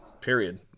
period